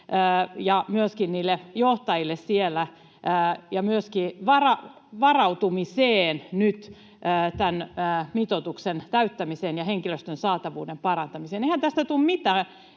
niille johtajille siellä, ja myöskin varautumiseen, nyt tämän mitoituksen täyttämiseen, ja henkilöstön saatavuuden parantamiseen. Eihän tästä tule mitään,